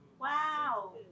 Wow